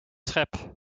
schip